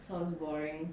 sounds boring